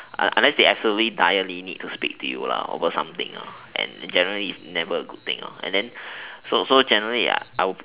unless unless they absolutely direly need to speak to you over something and generally is never a good thing and then so so generally I